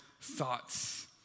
thoughts